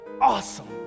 awesome